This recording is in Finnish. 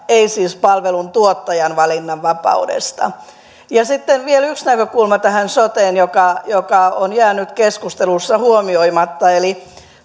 ei siis palveluntuottajan valinnanvapaudesta sitten vielä yksi näkökulma soteen joka joka on jäänyt keskustelussa huomioimatta